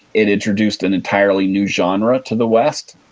it introduced an entirely new genre to the west.